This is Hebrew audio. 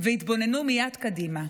והתבוננו מייד קדימה.